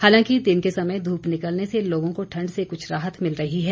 हालांकि दिन के समय धूप निकलने से लोगों को ठंड से कुछ राहत मिल रही है